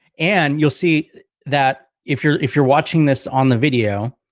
and you'll see that if you're, if you're watching this on the video,